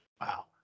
Wow